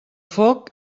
foc